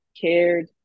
cared